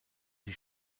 die